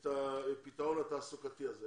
את הפתרון התעסוקתי הזה.